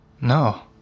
No